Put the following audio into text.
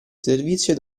servizio